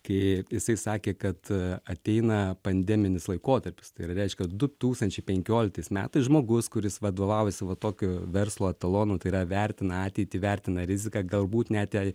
kai jisai sakė kad ateina pandeminis laikotarpis tai ir reiškiadu tūkstančiai penkioliktais metais žmogus kuris vadovavosi va tokio verslo etalonu tai yra vertina ateitį vertina riziką galbūt net jei